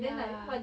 ya